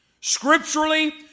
scripturally